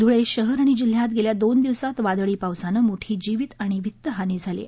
धुळे शहर आणि जिल्ह्यात गेल्या दोन दिवसात वादळी पावसानं मोठी जिवीत आणि वित्त हानी झाली आहे